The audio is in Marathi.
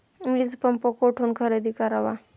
वीजपंप कुठून खरेदी करावा?